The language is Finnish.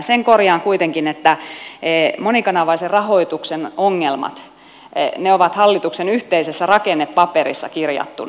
sen korjaan kuitenkin että monikanavaisen rahoituksen ongelmat ovat hallituksen yhteisessä rakennepaperissa kirjattuina